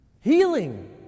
Healing